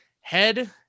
head